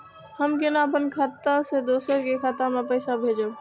हम केना अपन खाता से दोसर के खाता में पैसा भेजब?